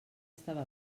estava